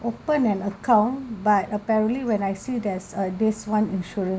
open an account but apparently when I see there's uh this one insurance